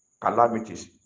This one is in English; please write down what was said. calamities